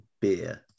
beer